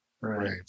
right